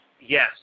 Yes